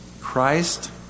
Christ